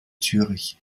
zürich